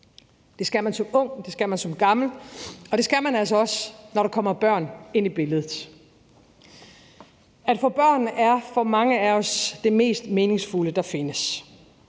Det skal man som ung, det skal man som gammel, og det skal man altså også, når der kommer børn ind i billedet. At få børn er for mange af os det mest meningsfulde, der findes: